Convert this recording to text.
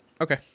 Okay